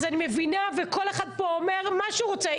אז כל אחד פה אומר מה שהוא רוצה.